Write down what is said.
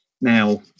Now